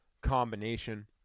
combination